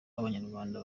abanyarwanda